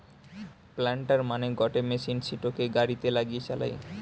planter মানে গটে machine সিটোকে গাড়িতে লাগিয়ে চালায়